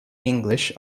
english